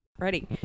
Ready